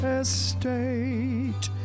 estate